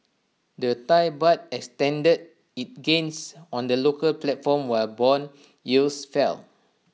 the Thai Baht extended its gains on the local platform while Bond yields fell